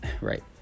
right